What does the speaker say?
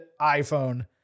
iPhone